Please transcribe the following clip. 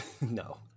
no